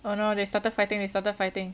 oh no they started fighting they started fighting